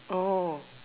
oh